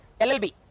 LLB